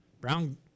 Brown